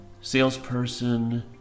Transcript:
salesperson